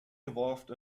evolved